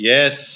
Yes